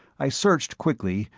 i searched quickly,